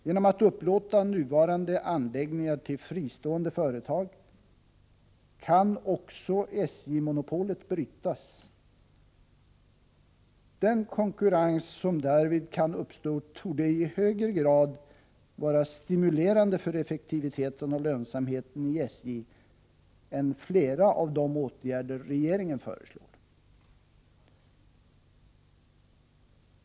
Genom att upplåta nuvarande anläggningar till fristående företag kan också SJ-monopolet brytas. Den konkurrens som därvid kan uppstå torde i högre grad vara stimulerande för effektiviteten och lönsamheten i SJ än flera av de åtgärder regeringen föreslår.